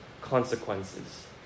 consequences